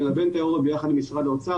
נלבן אותן יחד עם משרד האוצר,